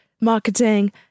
marketing